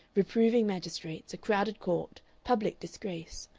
reproving magistrates, a crowded court, public disgrace.